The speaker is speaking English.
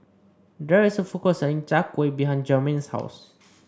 there is a food court selling Chai Kuih behind Jermain's house